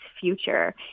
future